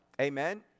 Amen